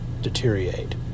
deteriorate